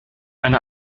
eine